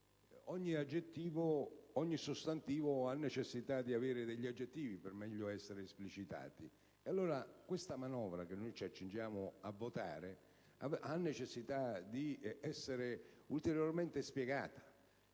ogni sostantivo ha necessità di avere degli aggettivi per essere meglio esplicitato, e allora questa manovra che noi ci accingiamo a votare ha necessità di essere ulteriormente spiegata.